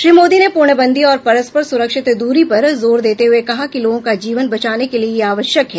श्री मोदी ने पूर्णबंदी और परस्पर सुरक्षित दूरी पर जोर देते हुए कहा कि लोगों का जीवन बचाने के लिए यह आवश्यक है